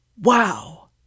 Wow